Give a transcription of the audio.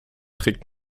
trägt